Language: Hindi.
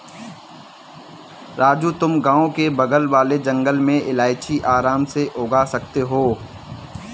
राजू तुम गांव के बगल वाले जंगल में इलायची आराम से उगा सकते हो